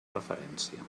referència